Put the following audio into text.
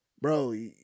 Bro